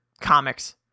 comics